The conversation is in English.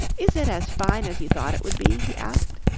is it as fine as you thought it would be? he asked.